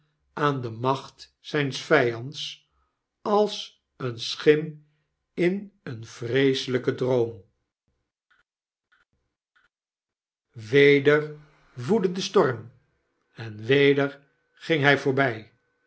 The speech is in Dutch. aan de macht ziins vyands als eene schim in een vreeselyken droom weder woedde de storm en weder ging hy voorby